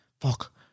Fuck